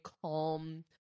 calm